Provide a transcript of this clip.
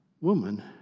woman